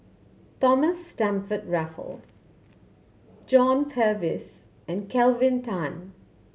Thomas Stamford Raffles John Purvis and Kelvin Tan